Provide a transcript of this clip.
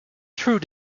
through